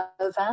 over